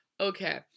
Okay